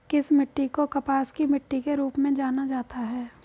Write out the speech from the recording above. किस मिट्टी को कपास की मिट्टी के रूप में जाना जाता है?